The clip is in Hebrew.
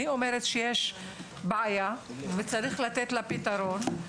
אני אומרת שיש בעיה וצריך לתת לה פתרון.